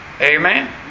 Amen